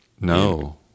No